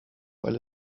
weil